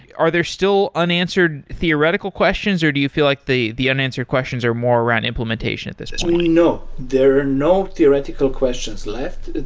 are there still unanswered theoretical questions or do you feel like the the unanswered questions are more around implementation at this point? no. they're no theoretical questions left.